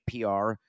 PR